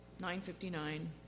9:59